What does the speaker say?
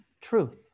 truth